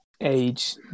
age